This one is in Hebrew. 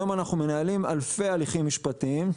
היום אנחנו מנהלים אלפי הליכים משפטיים.